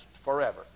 forever